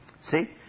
See